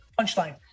punchline